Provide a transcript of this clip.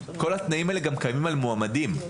האלה קיימים על מועמדים, כלומר,